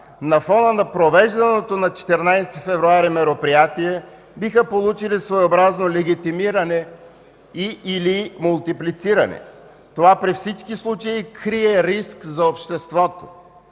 на фона на провежданото на 14 февруари 2015 г. мероприятие биха получили своеобразно легитимиране и/или мултиплициране. Това при всички случаи крие риск за обществото.